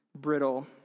brittle